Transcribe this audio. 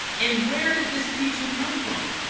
and where did this teaching come from?